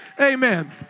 Amen